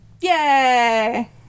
Yay